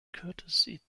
curtis